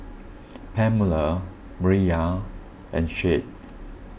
Pamela Mireya and Shade